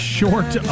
short